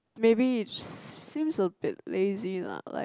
maybe it seems a bit lazy lah like